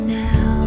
now